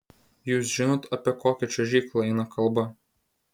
jūs žinot apie kokią čiuožyklą eina kalba